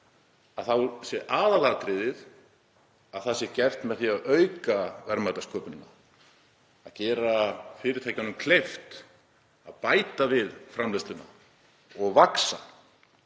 þá er aðalatriðið að það sé gert með því að auka verðmætasköpunina, gera fyrirtækjunum kleift að bæta við framleiðsluna og vaxa.